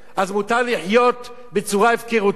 אז מותר לחיות בצורה הפקרותית,